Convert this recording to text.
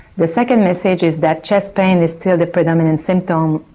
the second message is that chest pain is still the predominant symptom,